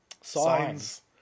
Signs